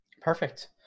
Perfect